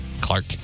Clark